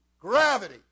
Gravity